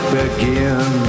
begin